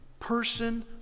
Person